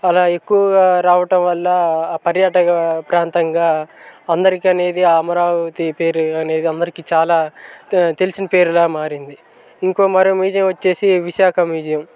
అలా ఎక్కువగా రావటం వల్ల ఆ పర్యటక ప్రాంతంగా అందరికీ అనేది అమరావతి పేరు అనేది అందరికీ చాలా తెలిసిన పేరులా మారింది ఇంకో మరో వచ్చేసి విశాఖ మ్యూజియం